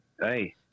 Hey